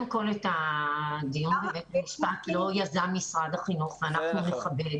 את הדיון בבית משפט לא יזם משרד החינוך ואנחנו נכבד